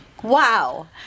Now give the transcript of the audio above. Wow